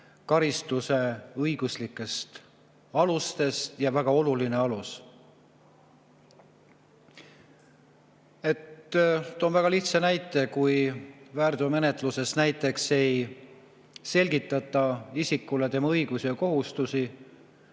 karistuse õiguslikest alustest ja väga oluline alus. Toon väga lihtsa näite. Kui väärteomenetluses näiteks ei selgitata isikule tema õigusi ja kohustusi,